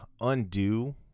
undo